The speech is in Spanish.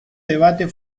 debate